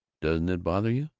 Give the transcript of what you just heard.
doesn't it bother you?